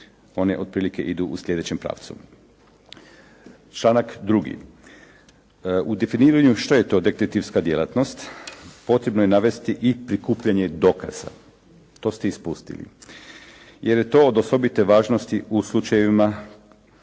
oni otprilike idu u sljedećem pravcu. Članak 2. u definiranju što je to detektivska djelatnost potrebno je navesti i prikupljanje dokaza, to ste ispustili, jer je to od osobite važnosti u slučajevima